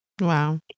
Wow